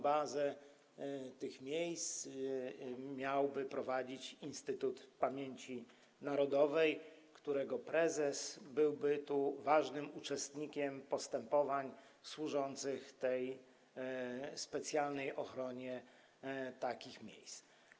Bazę tych miejsc miałby prowadzić Instytut Pamięci Narodowej, którego prezes byłby ważnym uczestnikiem postępowań służących specjalnej ochronie takich miejsc.